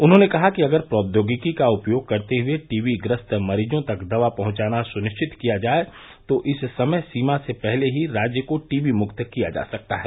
उन्होंने कहा कि अगर प्रौद्योगिकी का उपयोग करते हुए टीबीग्रस्त मरीजों तक दवा पहुंचाना सुनिश्चित किया जाए तो इस समयसीमा से पहले ही राज्य को टीबीमुक्त किया जा सकता है